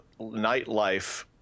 nightlife